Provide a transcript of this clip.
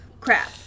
crap